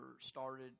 started